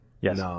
Yes